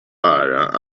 ara